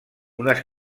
unes